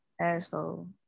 asshole